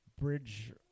bridge